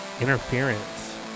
interference